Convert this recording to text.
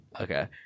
okay